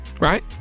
right